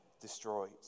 destroyed